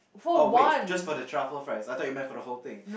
oh wait just for the truffle fries I thought you meant for the whole thing